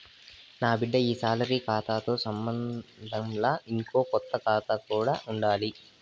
నాబిడ్డకి ఈ సాలరీ కాతాతో సంబంధంలా, ఇంకో కొత్త కాతా కూడా ఉండాది